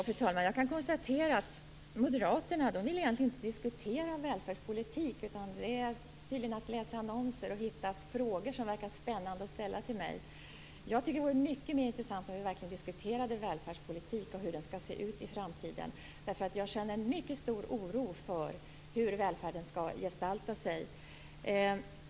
Fru talman! Jag kan konstatera att moderaterna egentligen inte vill diskutera välfärdspolitik. De läser hellre annonser för att hitta frågor som verkar spännande att ställa till mig. Jag tycker att det vore mycket mer intressant om vi verkligen diskuterade välfärdspolitik och hur den skall se ut i framtiden. Jag känner nämligen en mycket stor oro för hur välfärden skall gestalta sig.